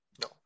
No